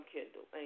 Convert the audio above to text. Kindle